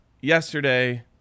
yesterday